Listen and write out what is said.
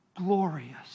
glorious